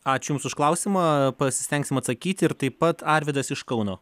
ačiū jums už klausimą pasistengsim atsakyti ir taip pat arvydas iš kauno